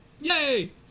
Yay